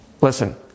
Listen